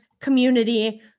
community